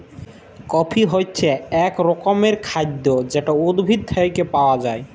coffee হছে ইক রকমের খাইদ্য যেট উদ্ভিদ থ্যাইকে পাউয়া যায়